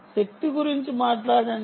శక్తి గురించి మాట్లాడండి